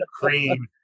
cream